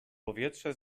powietrze